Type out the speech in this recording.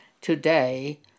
today